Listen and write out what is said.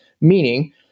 meaning